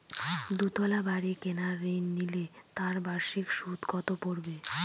দুতলা বাড়ী কেনার ঋণ নিলে তার বার্ষিক সুদ কত পড়বে?